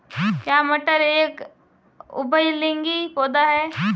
क्या मटर एक उभयलिंगी पौधा है?